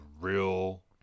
real